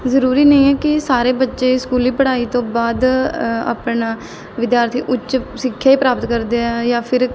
ਜ਼ਰੂਰੀ ਨਹੀਂ ਹੈ ਕਿ ਸਾਰੇ ਬੱਚੇ ਸਕੂਲੀ ਪੜ੍ਹਾਈ ਤੋਂ ਬਾਅਦ ਆਪਣਾ ਵਿਦਿਆਰਥੀ ਉੱਚ ਸਿੱਖਿਆ ਹੀ ਪ੍ਰਾਪਤ ਕਰਦੇ ਆ ਜਾਂ ਫਿਰ